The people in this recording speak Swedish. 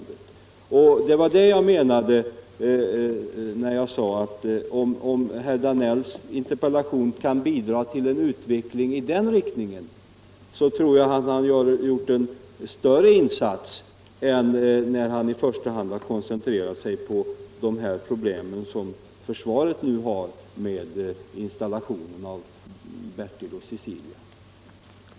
Det var vad jag menade när jag sade att om herr Danells interpellation kan bidra till en utveckling i den riktningen så tror jag att han har gjort en större insats än när han i första hand har koncentrerat sig på de problem som försvaret nu har med installationen av Bertil och Cecilia.